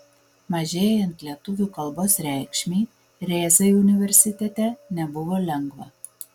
mažėjant lietuvių kalbos reikšmei rėzai universitete nebuvo lengva